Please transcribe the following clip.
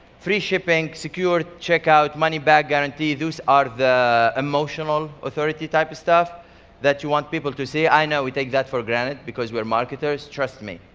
free shipping, secure checkout, money-back guarantee. those are the emotional authority type of stuff that you want people to see. i know we take that for granted because we're marketers, trust me.